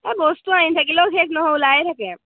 এই বস্তু আনি থাকিলেও শেষ নহয় ওলাই থাকে